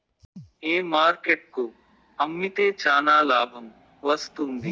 ఏ market కు అమ్మితే చానా లాభం వస్తుంది?